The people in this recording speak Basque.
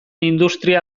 industria